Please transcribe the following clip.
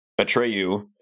Atreyu